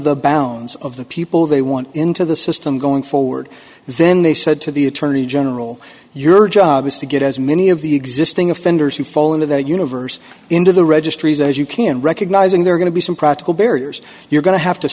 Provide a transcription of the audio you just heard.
the bounds of the people they want into the system going forward then they said to the attorney general your job is to get as many of the existing offenders who fall into that universe into the registries as you can recognizing there are going to be some practical barriers you're going to have to